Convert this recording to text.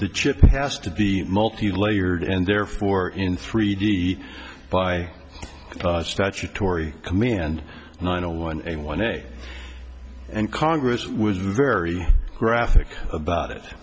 the chip has to be multi layered and therefore in three d by statutory command nine zero one n one day and congress was very graphic about it